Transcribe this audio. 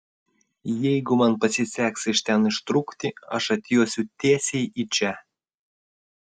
jeigu man pasiseks iš ten ištrūkti aš atjosiu tiesiai į čia